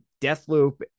Deathloop